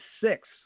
six